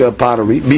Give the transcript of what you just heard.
pottery